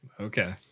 Okay